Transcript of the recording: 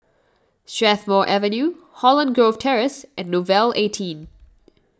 Strathmore Avenue Holland Grove Terrace and Nouvel eighteen